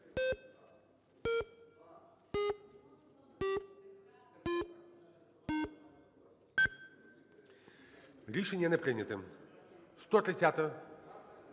Рішення не прийнято. 130-а?